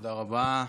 תודה רבה.